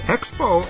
Expo